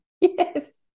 Yes